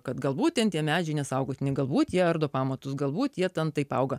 kad galbūt ten tie medžiai nesaugotini galbūt jie ardo pamatus galbūt jie ten taip auga